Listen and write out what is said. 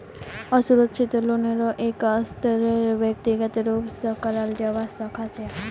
असुरक्षित लोनेरो एक स्तरेर व्यक्तिगत रूप स कराल जबा सखा छ